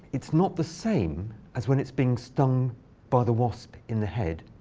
it's not the same as when it's being stung by the wasp in the head.